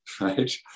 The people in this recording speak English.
right